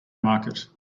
market